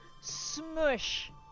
smush